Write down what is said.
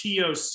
toc